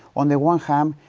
on the one hand,